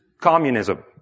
communism